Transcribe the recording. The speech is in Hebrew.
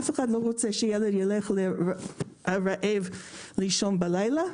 אף אחד לא רוצה שילד ילך רעב לישון בלילה,